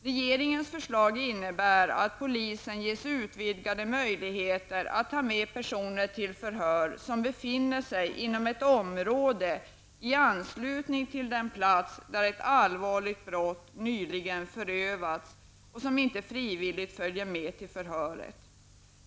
Regeringens förslag innebär att polisen ges utvidgade möjligheter att ta med personer till förhör som befinner sig inom ett område i anslutning till platsen där ett allvarligt brott nyligen förrövats och som inte frivilligt följer med till förhöret.